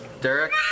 Derek